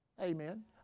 Amen